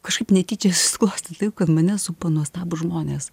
kažkaip netyčia susiklostė taip kad mane supa nuostabūs žmonės